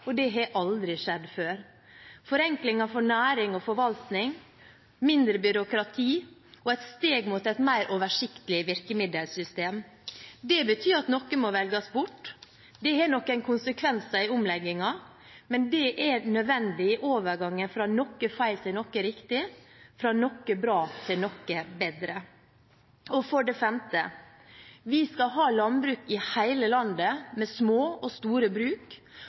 – det har aldri skjedd før – forenklinger for næring og forvaltning, mindre byråkrati og et steg mot et mer oversiktlig virkemiddelsystem. Det betyr at noe må velges bort. Det har noen konsekvenser i omleggingen, men det er nødvendig i overgangen fra noe feil til noe riktig – fra noe bra til noe bedre. For det femte: Vi skal ha landbruk i hele landet med små og store bruk,